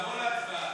תעבור להצבעה.